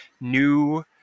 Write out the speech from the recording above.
new